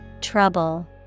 Trouble